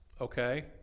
Okay